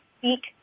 speak